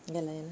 ya lah ya lah